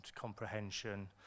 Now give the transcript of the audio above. comprehension